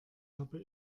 habe